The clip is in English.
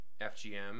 FGM